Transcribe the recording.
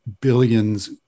billions